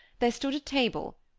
there stood a table,